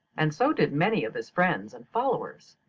and so did many of his friends and followers.